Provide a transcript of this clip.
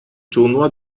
tournoi